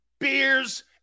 beers